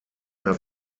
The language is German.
mehr